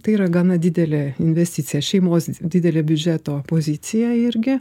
tai yra gana didelė investicija šeimos didelė biudžeto pozicija irgi